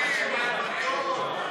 יחימוביץ